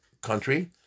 country